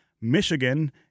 Michigan